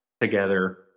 together